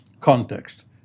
context